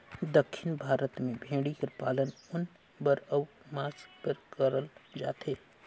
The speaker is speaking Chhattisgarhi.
दक्खिन भारत में भेंड़ी कर पालन ऊन बर अउ मांस बर करल जाथे